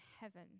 heaven